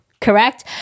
Correct